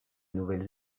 nouvelle